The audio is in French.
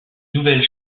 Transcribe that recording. nouvelle